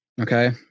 Okay